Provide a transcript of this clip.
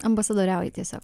ambasadoriauji tiesiog